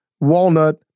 walnut